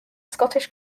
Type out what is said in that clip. scottish